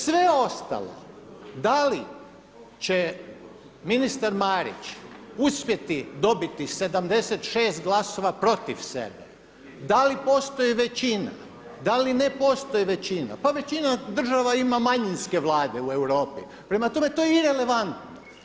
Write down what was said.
Sve ostalo da li će ministar Marić uspjeti dobiti 76 glasova protiv sebe, da li postoji većina, da li ne postoji većina, pa većina država ima manjinske vlade u Europi prema tome to je irelevantno.